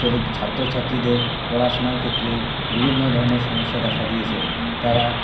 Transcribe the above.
ছেলে ছাত্রছাত্রীদের পড়াশোনার ক্ষেত্রে বিভিন্ন ধরণের সমস্যা দেখা দিয়েছে তারা